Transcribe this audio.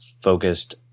focused